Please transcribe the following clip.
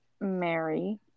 Mary